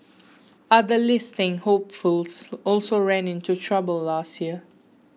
other listing hopefuls also ran into trouble last year